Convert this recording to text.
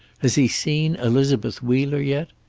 has he seen elizabeth wheeler yet?